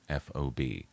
FOB